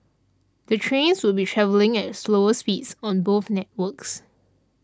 the trains would be travelling at slower speeds on both networks